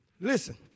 Listen